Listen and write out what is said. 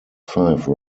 five